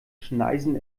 schneisen